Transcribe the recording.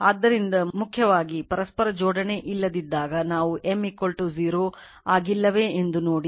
ಆದ್ದರಿಂದ ಮುಖ್ಯವಾಗಿ ಪರಸ್ಪರ ಜೋಡಣೆ ಇಲ್ಲದಿದ್ದಾಗ ನಾವು M 0 ಆಗಿಲ್ಲವೇ ಎಂದು ನೋಡಿ